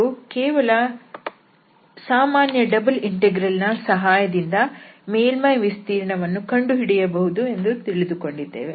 ಹಾಗೂ ಕೇವಲ ಸಾಮಾನ್ಯ ಡಬಲ್ ಇಂಟೆಗ್ರಲ್ ನ ಸಹಾಯದಿಂದ ಮೇಲ್ಮೈ ವಿಸ್ತೀರ್ಣವನ್ನು ಕಂಡುಹಿಡಿಯಬಹುದು ಎಂದು ತಿಳಿದುಕೊಂಡಿದ್ದೇವೆ